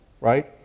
right